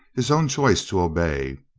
his own choice to obey.